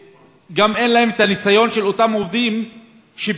וגם אין להם את הניסיון של אותם עובדים שפיטרו.